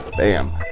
bam,